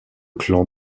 clan